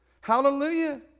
Hallelujah